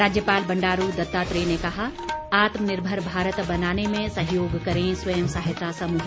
राज्यपाल बंडारू दत्तात्रेय ने कहा आत्मनिर्भर भारत बनाने में सहयोग करें स्वयं सहायता समूह